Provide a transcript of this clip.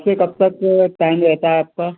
कब से कब तक टाइम रहता है आपका